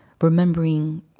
remembering